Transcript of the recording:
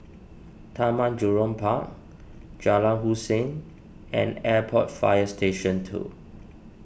Taman Jurong Park Jalan Hussein and Airport Fire Station two